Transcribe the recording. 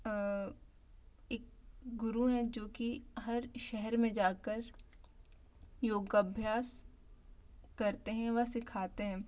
एक गुरु है जोकि हर शहर में जाकर योग अभ्यास करते है व सीखते हैं